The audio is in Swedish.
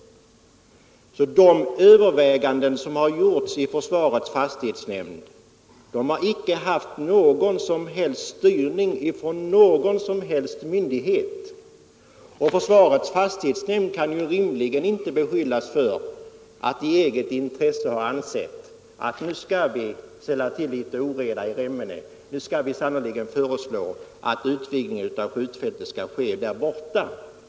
De överväganden som gjorts i försvarets fastighetsnämnd har inte haft styrning från någon myndighet. Försvarets fastighetsnämnd kan rimligtvis Nr 42 inte heller beskyllas för att i eget intresse ha resonerat som så, att nu skall Onsdagen den vi ställa till litet oreda i Remmene, och nu skall vi sannerligen föreslå att 14 mars 1973 en utvidgning av skjutfältet skall ske därborta.